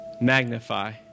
magnify